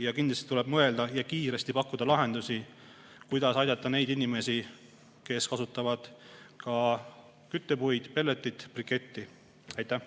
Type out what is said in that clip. Ja kindlasti tuleb mõelda ja kiiresti pakkuda lahendusi, kuidas aidata neid inimesi, kes kasutavad ka küttepuid, pelletit, briketti. Aitäh!